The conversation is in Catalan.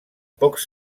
pocs